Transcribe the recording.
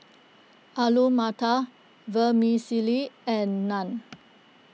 Alu Matar Vermicelli and Naan